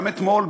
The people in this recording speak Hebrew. גם אתמול,